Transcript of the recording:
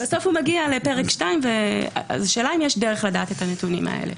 בסוף הוא מגיע לפרק 2. אז השאלה האם יש דרך לדעת את הנתונים האלה?